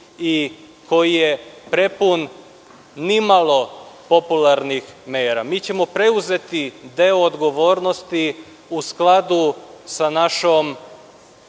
i koji je prepun nimalo popularnih mera. Mi ćemo preuzeti deo odgovornosti u skladu sa našom